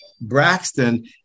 braxton